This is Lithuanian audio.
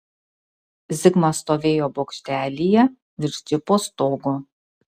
zigmas stovėjo bokštelyje virš džipo stogo